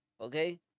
okay